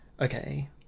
okay